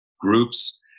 groups